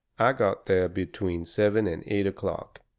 i got there between seven and eight o'clock.